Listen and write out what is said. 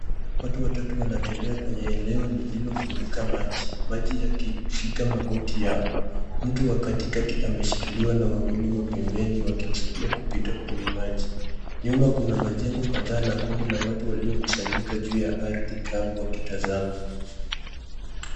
Watu watatu wanatembea kwenye eneo lililofurika maji. Maji yakifika magoti yao. Mtu wa katikati ameshikiliwa na wawili wa pembeni wakimsaidia kupita kwenye maji. Nyuma kuna majengo kadhaa na kundi la watu waliokusanyika juu ya ardhi kavu wakitazama.